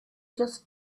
just